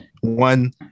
One